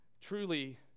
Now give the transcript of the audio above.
truly